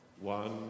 one